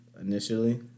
initially